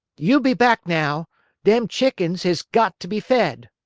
you be back, now them chickens has got to be fed!